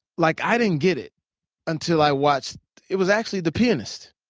like i didn't get it until i watched it was actually the pianist.